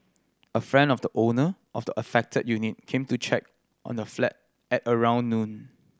a friend of the owner of the affected unit came to check on the flat at around noon